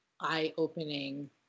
eye-opening